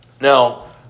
Now